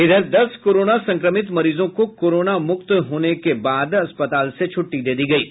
इधर दस कोरोना संक्रमित मरीजों को कोरोना मुक्त होने के बाद अस्पताल से छुट्टी दे दी गयी है